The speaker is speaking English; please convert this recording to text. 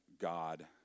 God